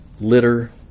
litter